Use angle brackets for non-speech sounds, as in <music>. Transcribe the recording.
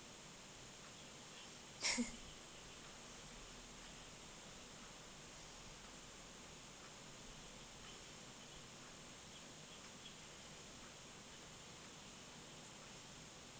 <laughs>